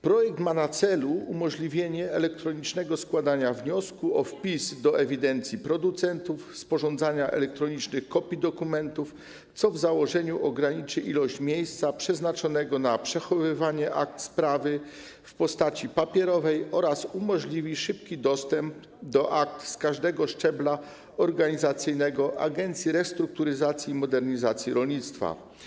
Projekt ma na celu umożliwienie elektronicznego składania wniosku o wpis do ewidencji producentów, sporządzania elektronicznych kopii dokumentów, co w założeniu ograniczy ilość miejsca przeznaczonego na przechowywanie akt spraw w postaci papierowej oraz umożliwi szybki dostęp do akt z każdego szczebla organizacyjnego Agencji Restrukturyzacji i Modernizacji Rolnictwa.